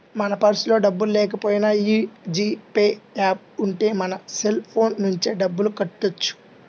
మన పర్సులో డబ్బుల్లేకపోయినా యీ జీ పే యాప్ ఉంటే మన సెల్ ఫోన్ నుంచే డబ్బులు కట్టొచ్చు